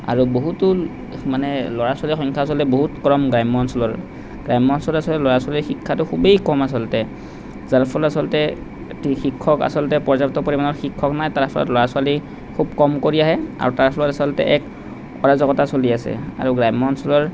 আৰু বহুতো মানে ল'ৰা ছোৱালী সংখ্যা অচলতে বহুত কম গ্ৰাম্য অঞ্চলৰ গ্ৰাম্য অঞ্চলৰ আচলতে ল'ৰা ছোৱালীৰ শিক্ষাটো খুবেই কম আচলতে যাৰ ফলত আচলতে শিক্ষক আচলতে পৰ্য্যাপ্ত পৰিমাণৰ শিক্ষক নাই তাৰ ফলত ল'ৰা ছোৱালী খুব কম কৰি আহে তাৰ ফলত আচলতে এক অৰাজকতা চলি আছে আৰু গ্ৰাম্য অঞ্চলৰ